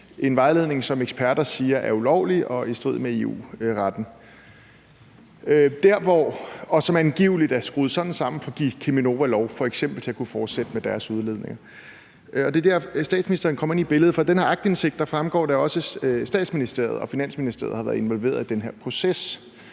en vejledning, som eksperter siger er ulovlig og i strid med EU-retten. Og den er angiveligt skruet sådan sammen for at kunne give f.eks. Cheminova lov til at fortsætte med deres udledning. Det er der, statsministeren kommer ind i billedet, for af den her aktindsigt fremgår det også, at Statsministeriet og Finansministeriet har været involveret i den her proces.